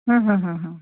হুম হুম হুম হুম